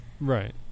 Right